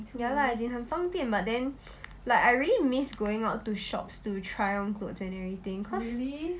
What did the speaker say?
ya lah 很方便 but then like I really miss going out to shops to try on clothes and everything cause